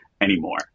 anymore